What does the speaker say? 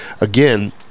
Again